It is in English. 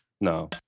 No